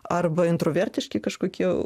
arba intravertiški kažkokie